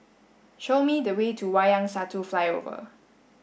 show me the way to Wayang Satu Flyover